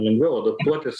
lengviau adaptuotis